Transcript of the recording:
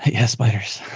yeah, spiders.